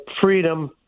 freedom